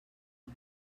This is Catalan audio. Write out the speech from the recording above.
mal